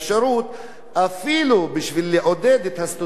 כדי לעודד את הסטודנטים שלומדים רפואה,